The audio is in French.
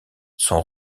sont